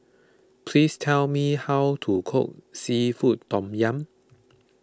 please tell me how to cook Seafood Tom Yum